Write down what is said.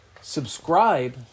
subscribe